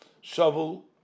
shovel